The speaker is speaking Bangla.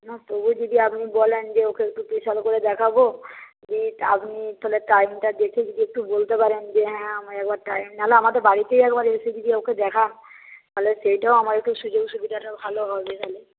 না তবুও যদি আপনি বলেন যে ওকে একটু স্পেশাল করে দেখাবো আপনি তাহলে টাইমটা দেখে যদি একটু বলতে পারেন যে হ্যাঁ আমার একবার টাইম নাহলে আমাদের বাড়িতেই একবার এসে যদি ওকে দেখান তাহলে সেইটাও আমার একটু সুযোগ সুবিধাটা ভালো হবে তালে